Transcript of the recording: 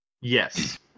Yes